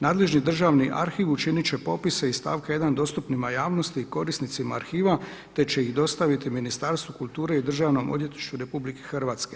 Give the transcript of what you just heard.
Nadležni državni arhiv učinit će popise iz stavka 1. dostupnima javnosti i korisnicima arhiva, te će ih dostaviti Ministarstvu kulture i Državnom odvjetništvu RH.